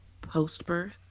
post-birth